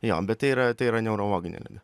jo bet tai yra tai yra neurologinė liga